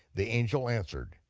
the angel answered,